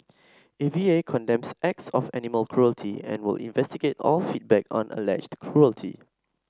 A V A condemns acts of animal cruelty and will investigate all feedback on alleged cruelty